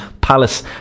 Palace